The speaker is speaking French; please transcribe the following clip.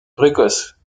précoce